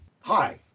Hi